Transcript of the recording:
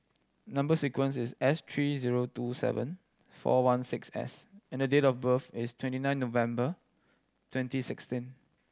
number sequence is S three zero two seven four one six S and the date of birth is twenty nine November twenty sixteen